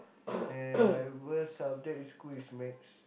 and my worst subject in school is maths